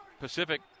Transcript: Pacific